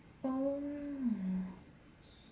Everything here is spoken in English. oh